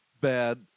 bad